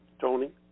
Tony